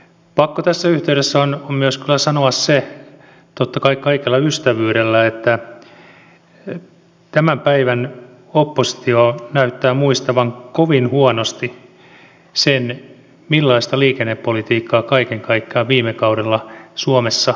pakko tässä yhteydessä on myös kyllä sanoa se totta kai kaikella ystävyydellä että tämän päivän oppositio näyttää muistavan kovin huonosti millaista liikennepolitiikkaa kaiken kaikkiaan viime kaudella suomessa tehtiin